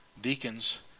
deacons